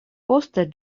poste